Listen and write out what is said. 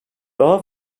daha